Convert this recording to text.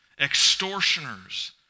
extortioners